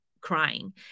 crying